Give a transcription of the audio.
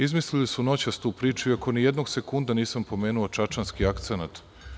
Izmislili su noćas tu priču, iako nijednog sekunda nisam pomenuo čačanski akcenat.